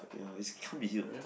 ya is can't be healed